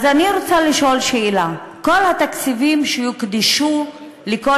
אז אני רוצה לשאול שאלה: כל התקציבים שהוקדשו לכל